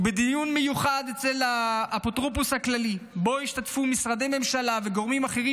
ובדיון מיוחד אצל האפוטרופוס הכללי שבו ישתתפו משרדי ממשלה וגורמים אחרים